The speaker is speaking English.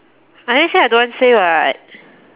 I already say I don't want say [what]